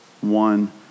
one